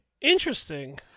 Interesting